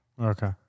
okay